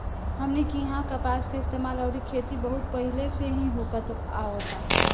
हमनी किहा कपास के इस्तेमाल अउरी खेती बहुत पहिले से ही होखत आवता